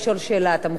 אתה מוכן לענות לו?